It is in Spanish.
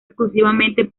exclusivamente